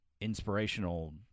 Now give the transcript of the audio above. inspirational